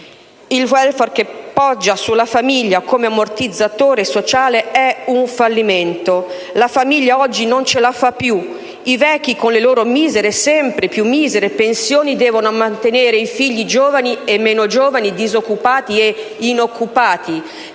Il *welfare* che poggia sulla famiglia, come ammortizzatore sociale è un fallimento: la famiglia oggi non ce la fa più. I vecchi con le loro sempre più misere pensioni devono mantenere i figli giovani e meno giovani, disoccupati e inoccupati,